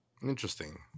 Interesting